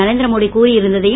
Narendra Modi கூறியிருந்ததையும்